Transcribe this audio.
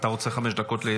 אתה רוצה חמש דקות?